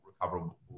recoverable